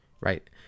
right